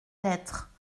lettre